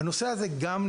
גם הנושא הזה נבחן.